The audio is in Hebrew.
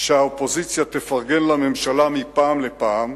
שהאופוזיציה תפרגן לממשלה מפעם לפעם,